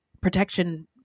protection